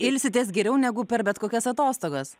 ilsitės geriau negu per bet kokias atostogas